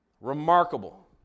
Remarkable